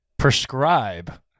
Prescribe